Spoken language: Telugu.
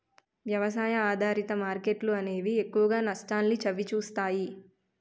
వ్యవసాయ ఆధారిత మార్కెట్లు అనేవి ఎక్కువగా నష్టాల్ని చవిచూస్తాయి